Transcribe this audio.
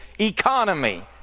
economy